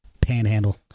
panhandle